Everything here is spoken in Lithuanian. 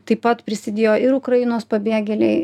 taip pat prisidėjo ir ukrainos pabėgėliai